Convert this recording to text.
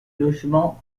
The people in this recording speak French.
logements